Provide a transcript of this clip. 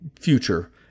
future